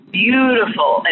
beautiful